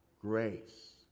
grace